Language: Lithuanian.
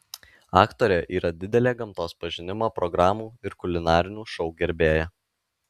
aktorė yra didelė gamtos pažinimo programų ir kulinarinių šou gerbėja